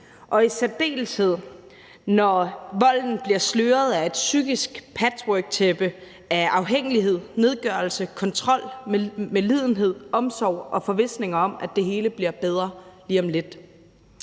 og i særdeleshed, når volden bliver sløret af et psykisk patchworktæppe af afhængighed, nedgørelse, kontrol, medlidenhed, omsorg og forvisninger om, at det hele bliver bedre lige om lidt.